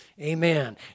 Amen